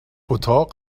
اتاق